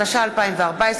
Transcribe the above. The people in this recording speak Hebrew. התשע"ה 2014,